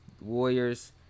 Warriors